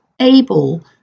able